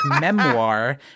memoir